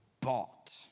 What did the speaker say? bought